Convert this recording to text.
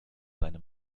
seine